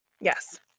Yes